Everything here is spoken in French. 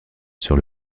sur